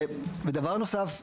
דבר נוסף,